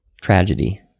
tragedy